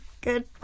Good